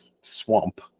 swamp